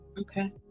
Okay